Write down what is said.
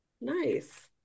Nice